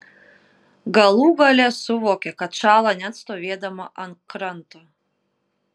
galų gale suvokė kad šąla net stovėdama ant kranto